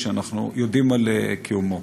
שאנחנו יודעים על קיומו.